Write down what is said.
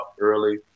early